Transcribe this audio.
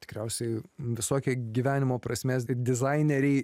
tikriausiai visokie gyvenimo prasmės dizaineriai